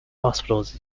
hospitals